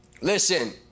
listen